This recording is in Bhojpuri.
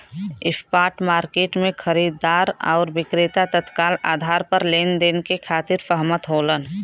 स्पॉट मार्केट में खरीदार आउर विक्रेता तत्काल आधार पर लेनदेन के खातिर सहमत होलन